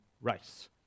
race